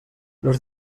los